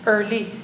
Early